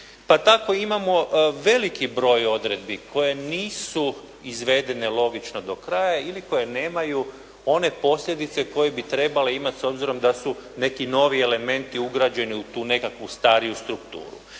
pa tako imamo veliki broj odredbi koje nisu izvedeno logično do kraja ili koje nemaju one posljedice koje bi trebale imati s obzirom da su neki novi elementi ugrađeni u tu nekakvu stariju strukturu.